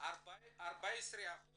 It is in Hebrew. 14%